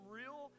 real